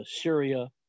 Syria